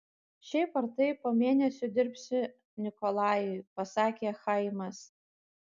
šiaip ar taip po mėnesio dirbsi nikolajui pasakė chaimas